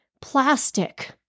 plastic